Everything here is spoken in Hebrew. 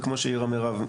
וכמו שהעירה מירב,